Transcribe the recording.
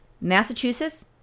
Massachusetts